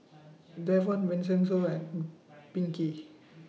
Davon Vincenzo and Pinkey